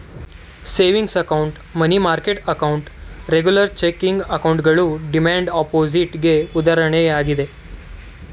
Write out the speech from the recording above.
saving account, money market account, regular checking ಅಕೌಂಟ್ಗಳು demand deposit ಗೆ ಉದಾಹರಣೆಯಾಗಿದೆ